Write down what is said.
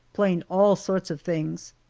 playing all sorts of things.